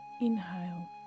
inhale